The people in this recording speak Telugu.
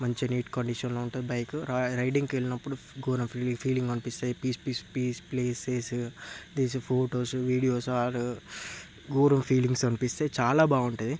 మంచి నీట్ కండిషన్లో ఉంటది బైక్ రైడింగ్ కెళ్ళినప్పుడు ఘోరం ఫీల్ ఫీలింగ్ అనిపిస్తది peace peace peace places this photos videos are గోరం ఫీలింగ్స్ అనిపిస్తది చాలా బాగుంటది